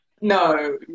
No